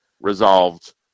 resolved